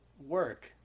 work